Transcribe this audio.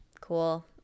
cool